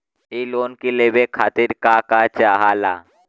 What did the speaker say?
इ लोन के लेवे खातीर के का का चाहा ला?